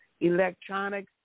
electronics